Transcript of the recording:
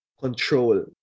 Control